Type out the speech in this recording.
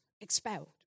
expelled